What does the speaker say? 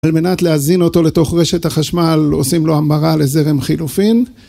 על מנת להזין אותו לתוך רשת החשמל עושים לו המרה לזרם חילופין.